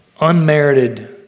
unmerited